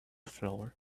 floor